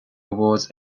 rewards